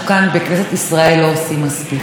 ב-25 בנובמבר,